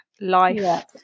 life